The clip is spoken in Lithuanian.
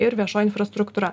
ir viešoji infrastruktūra